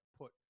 put